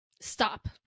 Stop